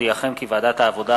אודיעכם כי ועדת העבודה,